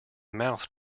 mouth